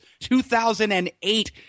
2008